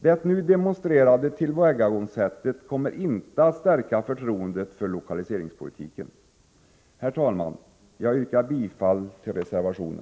Det nu demonstrerade tillvägagångssättet kommer inte att stärka förtroendet för lokaliseringspolitiken. Herr talman! Jag yrkar bifall till reservationen.